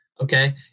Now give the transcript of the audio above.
okay